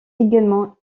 également